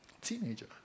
Teenager